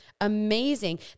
amazing